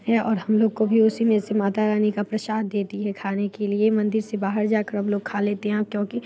और हम लोग को भी उसीमें से माता रानी का प्रसाद देती है खाने के लिए मंदिर से बाहर जाकर हम लोग खा लेते हैं क्योंकि